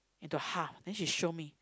into half then she show me